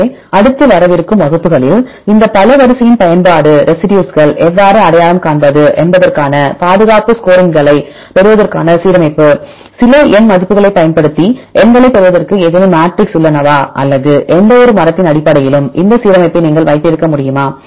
எனவே அடுத்த வரவிருக்கும் வகுப்புகளில் இந்த பல வரிசையின் பயன்பாடு ரெசிடியூஸ்கள் எவ்வாறு அடையாளம் காண்பது என்பதற்கான பாதுகாப்பு ஸ்கோரிங்களைப் பெறுவதற்கான சீரமைப்பு சில எண் மதிப்புகளைப் பயன்படுத்தி எண்களைப் பெறுவதற்கு ஏதேனும் மேட்ரிக்ஸ் உள்ளனவா அல்லது எந்தவொரு மரத்தின் அடிப்படையிலும் இந்த சீரமைப்பை நீங்கள் வைத்திருக்க முடியுமா